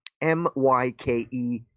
M-Y-K-E